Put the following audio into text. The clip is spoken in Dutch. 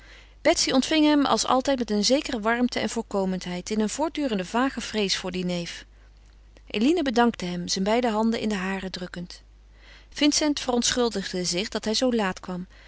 betsy ontving hem als altijd met zekere warmte en voorkomendheid in een voortdurende vage vrees voor dien neef eline bedankte hem zijn beide handen in de hare drukkend vincent verontschuldigde zich dat hij zoo laat kwam